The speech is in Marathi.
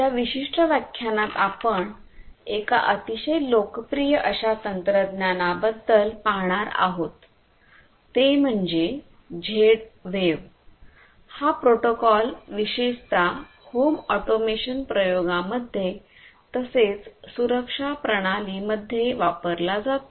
या विशिष्ट व्याख्यानात आपण एका अतिशय लोकप्रिय अशा तंत्रज्ञानाबद्दल पाहणार आहोत ते म्हणजे झेड वेव्ह हा प्रोटोकॉल विशेषता होम ऑटोमेशन प्रयोगामध्ये तसेच सुरक्षा प्रणाली मध्ये वापरला जातो